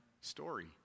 story